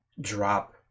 drop